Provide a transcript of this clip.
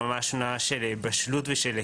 שהם ברמה של בשלות והיקף.